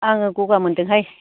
आङो गगा मोन्दोंहाय